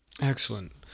Excellent